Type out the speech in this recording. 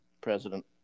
president